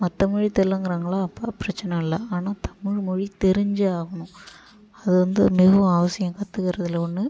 மற்ற மொழி தெரிலங்கிறாங்களா அப்போ பிரச்சின இல்லை ஆனால் தமிழ்மொழி தெரிஞ்சே ஆகணும் அது வந்து மிகவும் அவசியம் கற்றுக்கறதுல ஒன்று